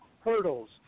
hurdles